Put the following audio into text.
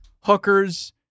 hookers